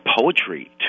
poetry